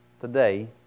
Today